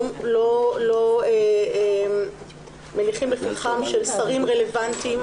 לא מניחים לפתחם של שרים רלוונטיים,